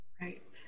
Right